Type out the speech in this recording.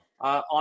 on